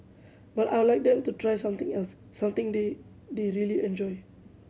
but I would like them to try something else something they they really enjoy